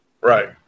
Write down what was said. Right